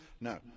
no